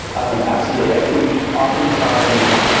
and absolutely. i think oftentimes,